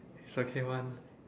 it's okay one